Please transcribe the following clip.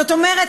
זאת אומרת,